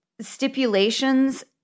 stipulations